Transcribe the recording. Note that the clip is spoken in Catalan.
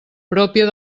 pròpia